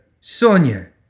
Sonia